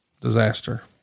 disaster